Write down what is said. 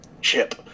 Chip